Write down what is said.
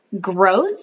growth